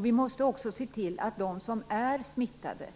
Vi måste också se till att de som är smittade